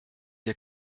der